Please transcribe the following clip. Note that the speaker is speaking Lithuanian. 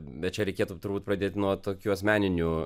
bet čia reikėtų turbūt pradėt nuo tokių asmeninių